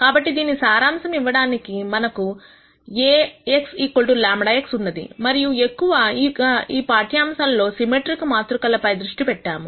కాబట్టి దీని సారాంశం ఇవ్వడానికి మనకు Ax λ x ఉన్నది మరియు ఎక్కువగా ఈ పాఠ్యాంశంలో సిమెట్రిక్ మాతృక లపై దృష్టి పెట్టాము